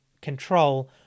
control